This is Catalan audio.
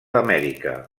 amèrica